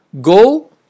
Go